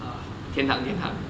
uh 天堂天堂